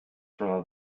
from